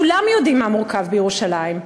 כולם יודעים מה מורכב בירושלים,